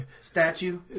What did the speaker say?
statue